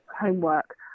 homework